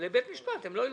לבית משפט הם לא ילכו,